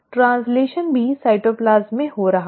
translation भी cytoplasm में हो रहा है